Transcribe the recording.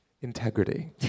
Integrity